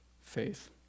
faith